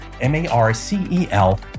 M-A-R-C-E-L